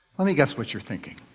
let me guess what you're thinking.